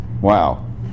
Wow